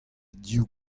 div